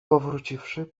powróciwszy